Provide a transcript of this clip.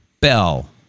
Bell